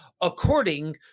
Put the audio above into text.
according